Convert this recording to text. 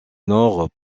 nord